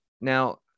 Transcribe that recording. Now